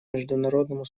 международному